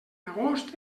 agost